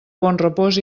bonrepòs